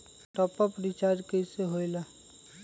Top up recharge कइसे होएला?